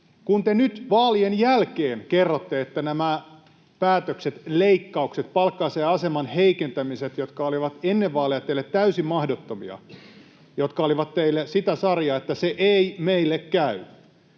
kun te nyt vaalien jälkeen kerrotte nämä päätökset, leikkaukset, palkan ja aseman heikentämiset, jotka olivat ennen vaaleja teille täysin mahdottomia ja jotka olivat teille sitä sarjaa, että ”se ei meille käy”,